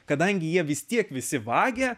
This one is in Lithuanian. kadangi jie vis tiek visi vagia